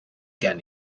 gen